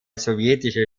sowjetische